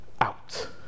out